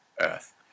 Earth